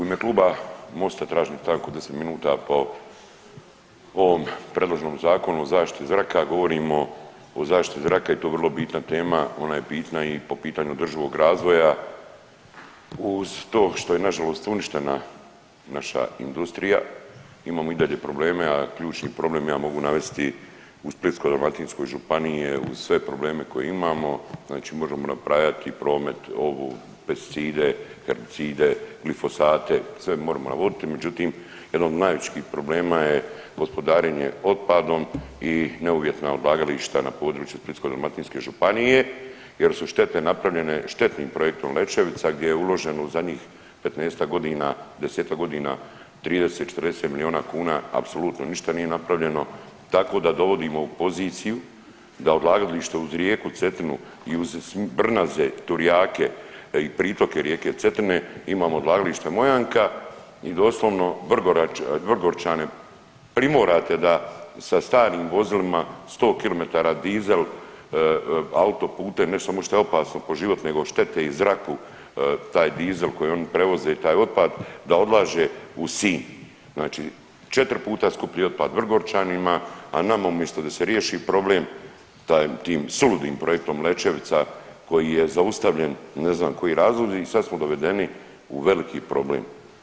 U ime kluba Mosta tražim stanku od 10 minuta po ovom predloženom Zakonu o zaštiti zraka, govorimo o zaštiti zraka i to je vrlo bitna tema, ona je bitna i po pitanju održivog razvoja uz to što je nažalost uništena naša industrija, imamo i dalje probleme, a ključni problem ja mogu navesti u Splitsko-dalmatinskoj županiji je uz sve probleme koje imamo znači možemo nabrajati promet, pesticide, herbicide, glifosate sve moremo navoditi međutim jedan od najvećih problema je gospodarenje otpadom i ne uvjetna odlagališta na području Splitsko-dalmatinske županije jer su štete napravljene štenim projektom Lećevica gdje je uloženo u zadnjih 15-ak godina, 10-ak godina 30, 40 milijuna kuna apsolutno ništa nije napravljeno tako da dovodimo u poziciju da odlagalište uz rijeku Cetinu i uz Brnaze, Turijake i pritoke rijeke Cetine imamo odlagalište Mojanka i doslovno Vrgorčane primorate da sa starim vozilima 100km dizel autoputem ne samo što je opasno po život nego štete i zraku taj dizel koji oni prevoze i taj otpad da odlaže u Sinj, znači četiri puta skuplji otpad Vrgorčanima, a nama umjesto da se riješi problem tim suludim projektom Lećevica koji je zaustavljen, ne znam koji razlozi i sad smo dovedeni u veliki problem.